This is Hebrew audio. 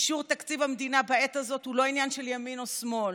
אישור תקציב המדינה בעת הזאת הוא לא עניין של ימין או שמאל,